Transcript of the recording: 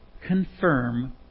confirm